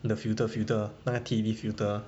the filter filter 那个 tea leaf filter